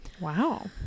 Wow